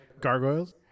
Gargoyles